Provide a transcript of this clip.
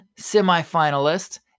semifinalist